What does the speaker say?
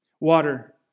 Water